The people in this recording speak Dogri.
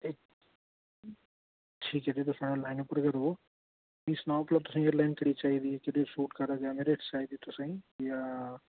इक सेकंट ठीक ऐ तुस अजें लाइन उप्पर गै रवो मीं सनाओ भला तसें एयरलाइन केह्ड़ी चाहिदी ऐ जेह्ड़ी सूट करै जां ऐमरऐट्स चाहिदी दी तुसेंईं जां